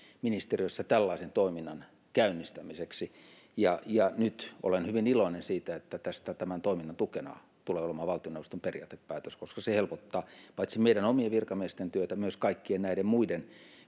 ministeriössä tällaisen toiminnan käynnistämiseksi nyt olen hyvin iloinen siitä että tämän toiminnan tukena tulee olemaan valtioneuvoston periaatepäätös koska se helpottaa paitsi meidän omien virkamiestemme työtä myös kaikkien näiden muiden